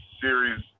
series